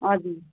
हजुर